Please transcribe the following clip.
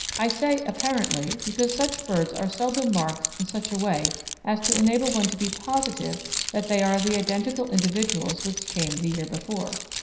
i say apparently because such birds are seldom marked in such a way as to enable one to be positive that they are the identical individuals which came the year before.